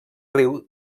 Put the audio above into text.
riu